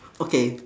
okay